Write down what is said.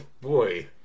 boy